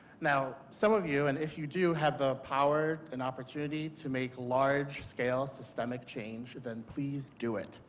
now, some of you, and if you do have a power, an opportunity to make large scale systemic change, then please do it.